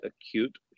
acute